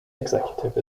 executive